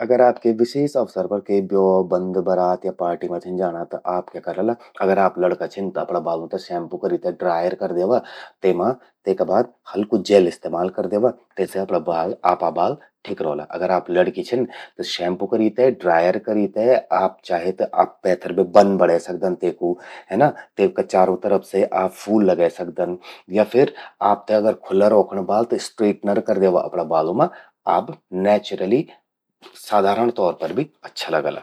अगर आप के विशेष अवसर पर के ब्यो-बंद, बरात या पार्टि मां छिन जाणा त आप क्या करला? अगर आप लड़का छिन त अपरा बालूं ते शैंपू करी ते ड्रायर कर द्यवा। तेमा तेका बाद हल्कु जेल इस्तेमाल कर द्यवा। तेसे अपणा बाल, आपा बाल ठिक रौला। अगर आप लड़कि छिन, त शैंपू करि ते, ड्रायर करि ते आप चाहे त पैथर बे बन बणे सकदन तेकु, है ना। तेका चारों तरफ से फूल लगे सकदन। या फिर आपते खुल्ला रौखण अपरा बाल,. त स्ट्रेटनर कर द्यवा। आप चेचुरली साधार तौर पर भि अच्छा लगला आप।